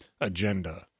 agenda